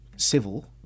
Civil